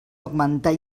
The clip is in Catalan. augmentar